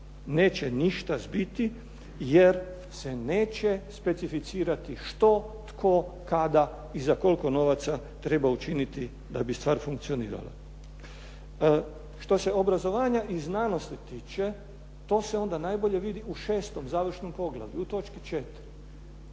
neće ništa zbiti jer se neće specificirati što, tko, kada i za koliko novaca treba učiniti da bi stvar funkcionirala. Što se obrazovanja i znanosti tiče to se onda najbolje vidi u šestom završnom poglavlju u točki četiri,